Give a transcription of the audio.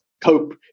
cope